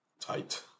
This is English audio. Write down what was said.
tight